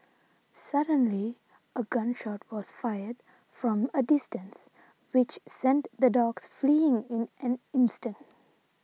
suddenly a gun shot was fired from a distance which sent the dogs fleeing in an instant